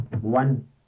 one